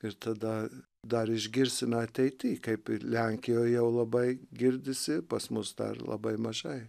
ir tada dar išgirsime ateityje kaip lenkijoje labai girdisi pas mus dar labai mažai